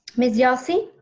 ms. yelsey?